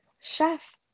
chef